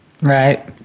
Right